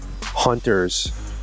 hunters